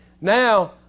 now